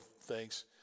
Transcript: thanks